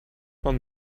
man